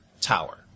tower